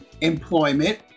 employment